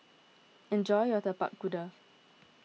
enjoy your Tapak Kuda